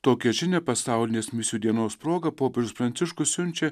tokią žinią pasaulinės misijų dienos proga popiežius pranciškus siunčia